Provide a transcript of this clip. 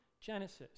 Genesis